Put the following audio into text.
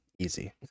easy